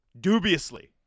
dubiously